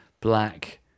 black